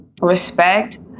respect